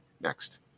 Next